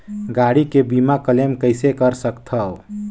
गाड़ी के बीमा क्लेम कइसे कर सकथव?